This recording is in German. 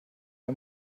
der